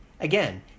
again